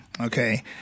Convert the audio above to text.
okay